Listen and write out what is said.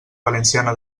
valenciana